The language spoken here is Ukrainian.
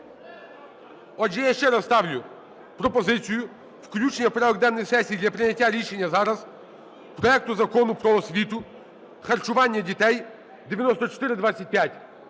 Отже, я ще раз ставлю пропозицію включення у порядок денний сесії для прийняття рішення зараз проекту Закону про освіту, харчування дітей (9425).